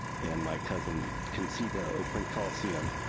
and my cousin can see the oakland colosseum,